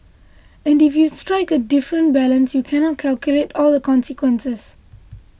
and if you strike a different balance you cannot calculate all the consequences